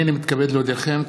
הנני מתכבד להודיעכם,